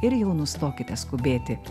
ir jau nustokite skubėti